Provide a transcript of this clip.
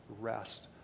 rest